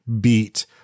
beat